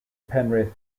penrith